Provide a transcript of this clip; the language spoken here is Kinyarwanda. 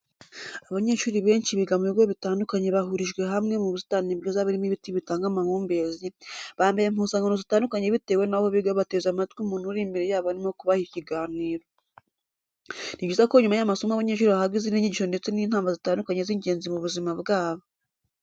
Abanyeshuri benshi biga mu bigo bitandukanye bahurijwe hamwe mu busitani bwiza burimo ibiti bitanga amahumbezi, bambaye impuzankano zitandukanye bitewe naho biga bateze amatwi umuntu uri imbere yabo urimo kubaha ikiganiro. Ni byiza ko nyuma y'amasomo abanyeshuri bahabwa izindi nyigisho ndetse n'inama zitandukanye z'ingenzi mu buzima bwabo.